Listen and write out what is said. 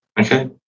okay